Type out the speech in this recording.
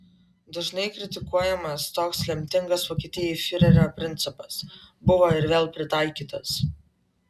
dažnai kritikuojamas toks lemtingas vokietijai fiurerio principas buvo ir vėl pritaikytas